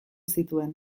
zituen